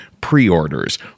pre-orders